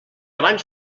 abans